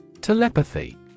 Telepathy